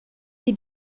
die